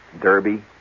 Derby